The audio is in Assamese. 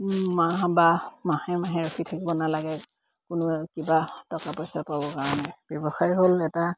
মাহ বা মাহে মাহে ৰখি থাকিব নালাগে কোনো কিবা টকা পইচা পাবৰ কাৰণে ব্যৱসায় হ'ল এটা